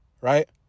right